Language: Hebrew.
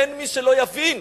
אין מי שלא יבין,